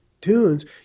tunes